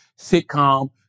sitcom